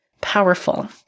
powerful